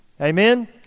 Amen